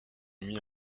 demie